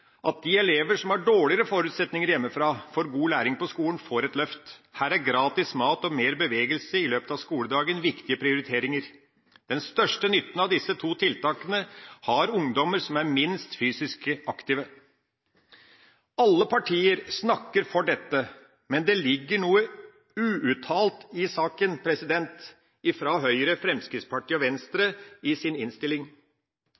at de elever som har dårligere forutsetninger hjemmefra for god læring på skolen, får et løft. Her er gratis mat og mer bevegelse i løpet av skoledagen viktige prioriteringer. Den største nytten av disse to tiltakene har ungdommer som er minst fysisk aktive. Alle partier snakker for dette, men det ligger noe uuttalt i saken og i innstillinga fra Høyre, Fremskrittspartiet og